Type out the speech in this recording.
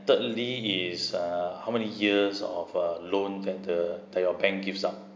thirdly is uh how many years of a loan that the that your bank gives out